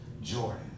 Jordan